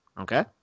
Okay